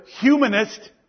humanist